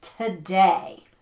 today